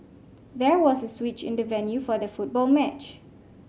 there was a switch in the venue for the football match